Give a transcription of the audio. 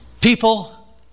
people